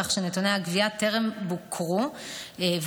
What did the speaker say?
כך שנתוני הגבייה טרם בוקרו על ידינו,